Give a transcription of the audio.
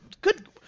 Good